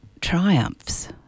triumphs